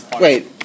Wait